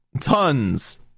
tons